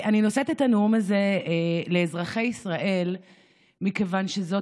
אני נושאת את הנאום הזה לאזרחי ישראל מכיוון שזאת